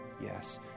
yes